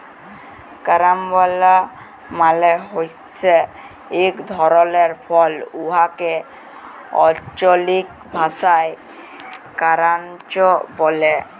carambola মালে হছে ইক ধরলের ফল উয়াকে আল্চলিক ভাষায় কারান্চ ব্যলে